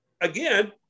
again